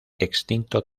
extinto